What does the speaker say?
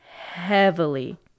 heavily